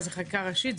זאת חקיקה ראשית?